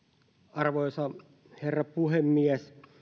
arvoisa herra puhemies